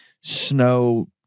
snow